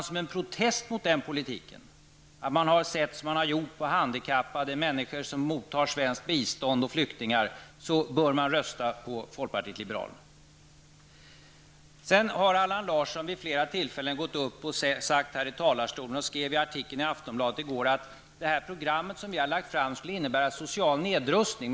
Som en protest mot den politiken -- sättet att se på handikappade, människor som mottar svenskt bistånd och flyktingar -- bör man rösta på folkpartiet liberalerna. Allan Larsson har vid flera tillfällen här i talarstolen sagt -- och han skrev i en artikel i Aftonbladet i går -- att det program som vi har lagt fram skulle innebära social nedrustning.